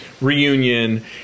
reunion